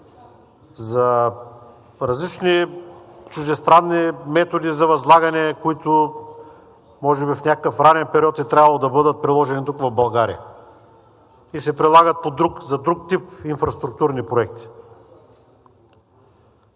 за различни чуждестранни методи за възлагане, които може би в някакъв ранен период е трябвало да бъдат приложени тук, в България, и се прилагат за друг тип инфраструктурни проекти.